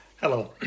Hello